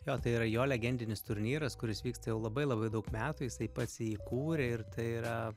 jo tai yra jo legendinis turnyras kuris jau vyksta labai labai daug metų jisai pats jį kūrė ir tai yra